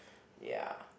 ya